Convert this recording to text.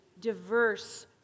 diverse